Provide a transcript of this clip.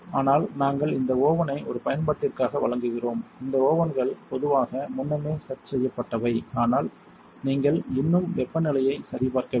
ஆனால் நாங்கள் இந்த ஓவென் ஐ ஒரு பயன்பாட்டிற்காக வழங்குகிறோம் இந்த ஓவென்கள் பொதுவாக முன்னமே செட் செய்யப்பட்டவை ஆனால் நீங்கள் இன்னும் வெப்பநிலையை சரிபார்க்க வேண்டும்